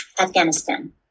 Afghanistan